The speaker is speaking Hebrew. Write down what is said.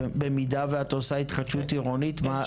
במידה ואת עושה התחדשות עירונית מה ?